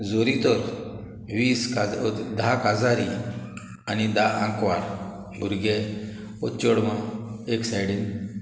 जोरी तोर वीस काजा धा काजारी आनी धा आंकवार भुरगें वो चोडवां एक सायडीन